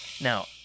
Now